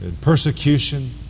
persecution